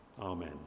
amen